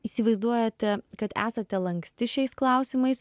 įsivaizduojate kad esate lanksti šiais klausimais